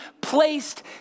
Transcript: placed